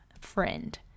friend